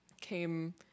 came